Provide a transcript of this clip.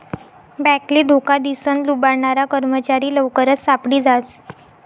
बॅकले धोका दिसन लुबाडनारा कर्मचारी लवकरच सापडी जास